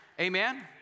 Amen